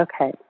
okay